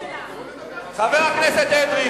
חבר הכנסת אדרי,